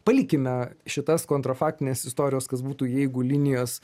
palikime šitas kontrafaktines istorijos kas būtų jeigu linijos